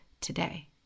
today